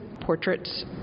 portraits